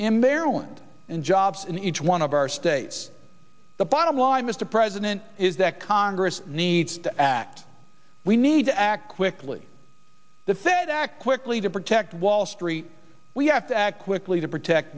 their land and jobs in each one of our states the bottom line mr president is that congress needs to act we need to act quickly the fed act quickly to protect wall street we have to act quickly to protect